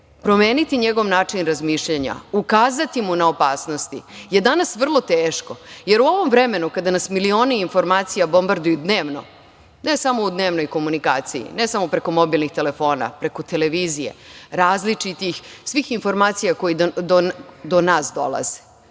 promeniti njegov način razmišljanja, ukazati mu na opasnosti, je danas vrlo teško, jer u ovom vremenu kada nas milioni informacija bombarduju, dnevno, ne samo u dnevnoj komunikaciji, ne samo preko mobilnih telefona, preko televizije, različitih, svih informacija koje do nas dolaze.U